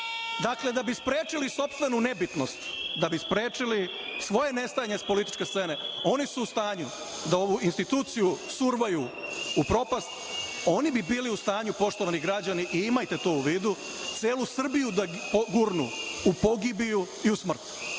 da bi spreči sopstvenu nebitnost, da bi sprečili svoje nestajanje s političke scene, oni su u stanju da ovu instituciju survaju u propast. Oni bi bili u stanju, poštovani građani, i imajte to u vidu, celu Srbiju da gurnu u pogibiju i u smrt.Ovo